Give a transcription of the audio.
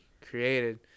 created